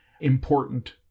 important